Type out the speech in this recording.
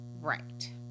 Right